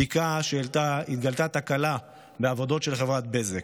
בדיקה העלתה שהתגלתה תקלה בעבודות של חברת בזק.